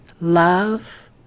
love